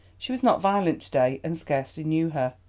she was not violent to-day, and scarcely knew her.